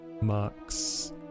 marks